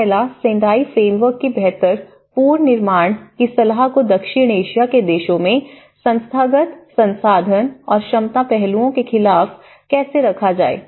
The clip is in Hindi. पहला सेंडाई फ्रेमवर्क की बेहतर बेहतर पूर्ण निर्माण की सलाह को दक्षिण एशिया के देशों में संस्थागत संसाधन और क्षमता पहलुओं के खिलाफ कैसे रखा जाएगा